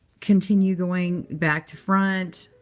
continue going back to front.